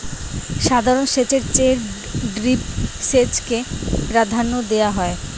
সাধারণ সেচের চেয়ে ড্রিপ সেচকে প্রাধান্য দেওয়া হয়